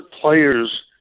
players